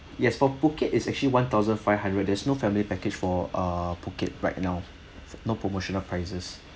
yes for phuket is actually one thousand five hundred there's no family package for ah phuket right now no promotional prices